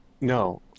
No